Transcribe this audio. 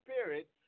Spirit